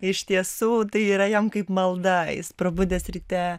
iš tiesų tai yra jam kaip malda jis prabudęs ryte